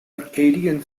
akkadian